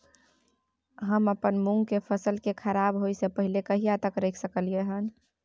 हम अपन मूंग के फसल के खराब होय स पहिले कहिया तक रख सकलिए हन?